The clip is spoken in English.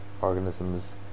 organisms